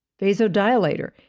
vasodilator